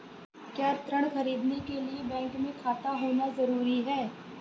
क्या ऋण ख़रीदने के लिए बैंक में खाता होना जरूरी है?